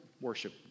worship